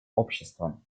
обществам